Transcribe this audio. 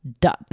done